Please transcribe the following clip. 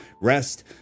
rest